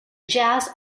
jazz